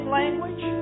language